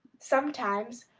sometimes,